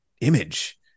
image